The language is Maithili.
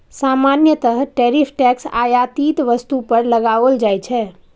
सामान्यतः टैरिफ टैक्स आयातित वस्तु पर लगाओल जाइ छै